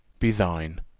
be thine!